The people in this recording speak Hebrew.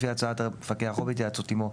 לפי הצעת המפקח או בהתייעצות עימו,